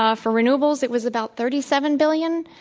ah for renewables, it was about thirty seven billion.